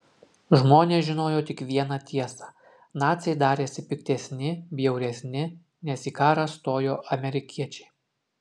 žmonės žinojo tik vieną tiesą naciai darėsi piktesni bjauresni nes į karą stojo amerikiečiai